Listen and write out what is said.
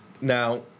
Now